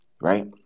right